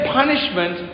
punishment